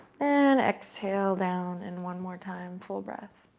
and exhale down and one more time, full breath.